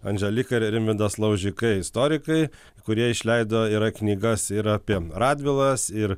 andželika ir rimvydas laužikai istorikai kurie išleido yra knygas ir apie radvilas ir